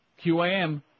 QAM